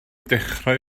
dechrau